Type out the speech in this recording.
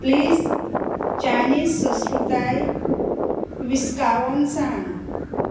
please Chinese संस्कृताय विस्कावन सांग